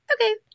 okay